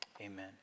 amen